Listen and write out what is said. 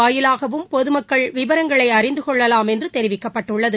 வாயிலாகவும் பொதுமக்கள் விவரங்களை அறிந்து கொள்ளலாம் இணையதளம் என்று தெரிவிக்கப்பட்டுள்ளது